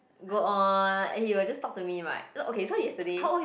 go on and he will just talk to me right so okay so yesterday